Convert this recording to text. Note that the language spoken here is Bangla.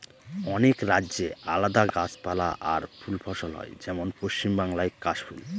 অনেক রাজ্যে আলাদা গাছপালা আর ফুল ফসল হয় যেমন পশ্চিম বাংলায় কাশ ফুল